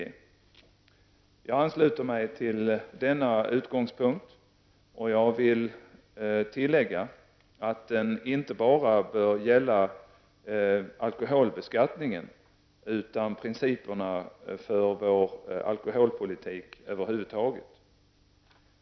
Jag ansluter mig till denna utgångspunkt, och jag vill tillägga att den inte bara bör gälla alkoholbeskattningen utan principerna för vår alkoholpolitik över huvud taget.